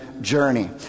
journey